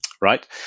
right